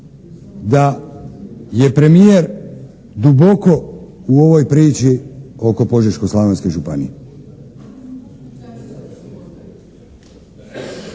da je premijer duboko u ovoj priči oko Požeško-slavonske županije.